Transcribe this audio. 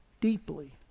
deeply